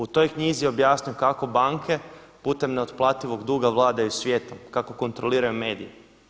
U toj knjizi je objasnio kako banke putem neotplativog duga vladaju svijetom, kako kontroliraju medije.